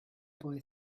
boy